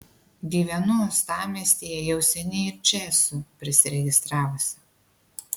gyvenu uostamiestyje jau seniai ir čia esu prisiregistravusi